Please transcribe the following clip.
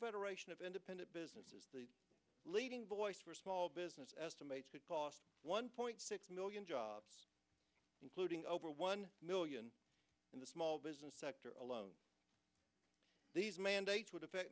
federation of independent business is the leading voice for small business estimates could cost one point six million jobs including over one million in the small business sector alone these mandates would affect